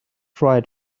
try